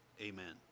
Amen